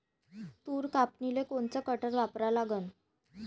तूर कापनीले कोनचं कटर वापरा लागन?